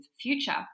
future